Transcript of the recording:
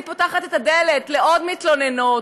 אז היא פותחת את הדלת לעוד מתלוננות.